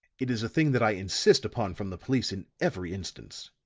it is a thing that i insist upon from the police in every instance.